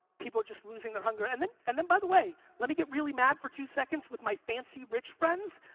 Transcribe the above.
people are just losing their hunger, and then, and by the way, let me get really mad for two seconds with my fancy, rich friends.